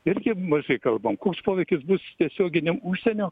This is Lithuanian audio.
irgi mažai kalbam koks poveikis bus tiesioginėm užsienio